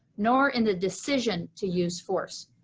nor in the decision to use force.